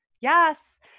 yes